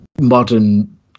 modern